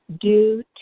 due